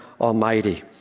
Almighty